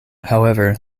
however